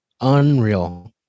Unreal